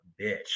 bitch